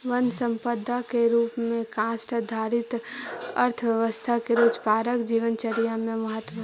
वन सम्पदा के रूप में काष्ठ आधारित अर्थव्यवस्था के रोजगारपरक जीवनचर्या में महत्त्व हइ